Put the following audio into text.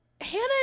Hannah